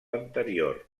anterior